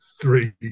three